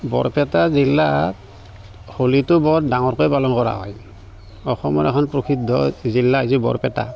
বৰপেটা জিলাত হ'লিটো বৰ ডাঙৰকৈ পালন কৰা হয় অসমৰ এখন প্ৰসিদ্ধ জিলা হৈছে বৰপেটা